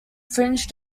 fringe